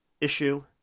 issue